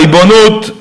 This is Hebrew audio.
הריבונות,